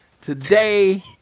today